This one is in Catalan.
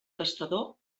testador